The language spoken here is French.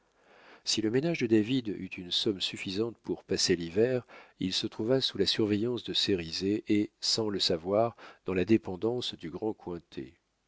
si le ménage de david eut une somme suffisante pour passer l'hiver il se trouva sous la surveillance de cérizet et sans le savoir dans la dépendance du grand cointet